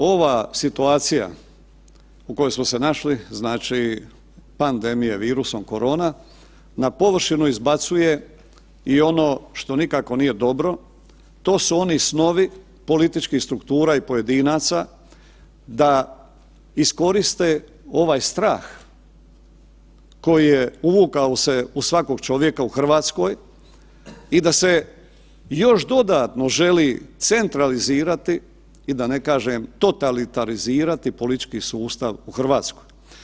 Ova situacija u kojoj smo se našli, znači pandemije virusom korona na površinu izbacuje i ono što nikako nije dobro, to su oni snovi političkih struktura i pojedinaca da iskoriste ovaj strah koji je uvukao se u svakog čovjeka u Hrvatskoj i da se još dodatno želi centralizirati i da ne kažem totalitarizirati politički sustav u Hrvatskoj.